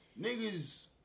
niggas